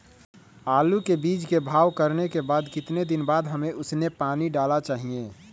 आलू के बीज के भाव करने के बाद कितने दिन बाद हमें उसने पानी डाला चाहिए?